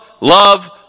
love